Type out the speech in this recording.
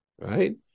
right